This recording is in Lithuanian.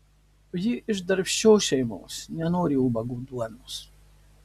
ji iš darbščios šeimos nenori ubago duonos